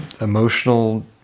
emotional